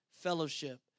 fellowship